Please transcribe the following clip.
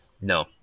No